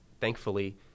thankfully –